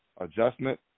adjustment